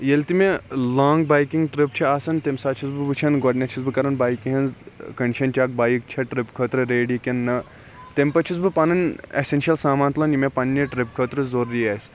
ییٚلہِ تہِ مےٚ لانٛگ بایکِنٛگ ٹرپ چھِ آسان تمہِ ساتہٕ چھُس بہٕ وٕچھان گۄڈٕنیٚتھ چھُس بہٕ کَران بایکہِ ہٕنٛز کَنڈِشَن چیٚک بایک چھَا ٹرپ خٲطرٕ ریٚڈی کِنہ نہَ تمہِ پَتہٕ چھُس بہٕ پَنُن ایٚسَنشَل سامان تُلان یہِ مےٚ پَننہِ ٹرپ خٲطرٕ ضروری آسہِ